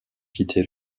quitté